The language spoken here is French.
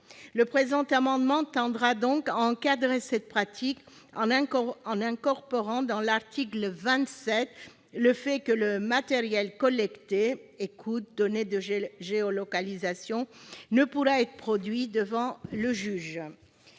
Le présent amendement tend donc à encadrer cette pratique en incorporant dans l'article 27 le fait que le matériel collecté- écoutes, données de géolocalisation, etc. -ne pourra être produit devant le juge